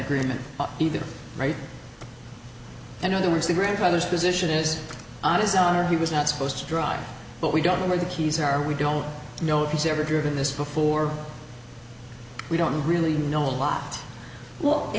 agreement either right and in the words the grandfather's position is on his own or he was not supposed to drive but we don't know where the keys are we don't know if he's ever driven this before we don't really know a lot well